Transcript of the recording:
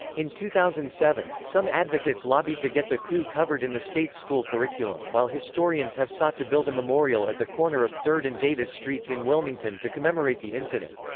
in two thousand and seven, some advocates lobbied to get the coup covered in the state's school curriculum, while historians have sought to build a memorial at the corner of third and davis streets in wilmington to commemorate the incident.